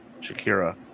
Shakira